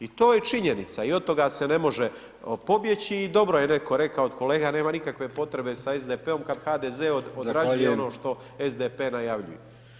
I to je činjenica i od toga se ne može pobjeći i dobro je netko rekao od kolega, nema nikakve potrebe sa SDP-om kad HDZ [[Upadica: Zahvaljujem.]] odrađuje ono što SDP najavljuje.